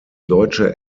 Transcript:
deutsche